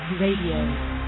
Radio